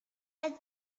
it’s